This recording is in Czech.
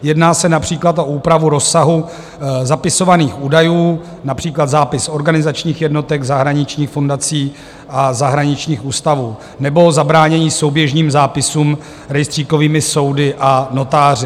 Jedná se například o úpravu rozsahu zapisovaných údajů, například zápis organizačních jednotek v zahraničních fundacích a zahraničních ústavů nebo zabránění souběžným zápisům rejstříkovými soudy a notáři.